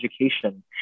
education